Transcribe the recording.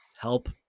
help